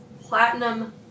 platinum